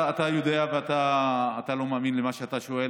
אתה יודע שאתה לא מאמין למה שאתה שואל.